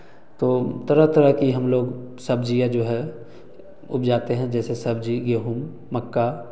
तो तरह तरह की हम लोग सब्ज़ियाँ जो है उपजाते हैं जैसे सब्ज़ी गेहूँ मक्का